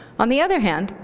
on the other hand,